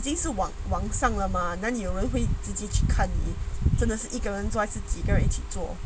已经是往往上了吗那里有人会一直去看你真的是一个人做是几个人一起做